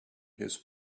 his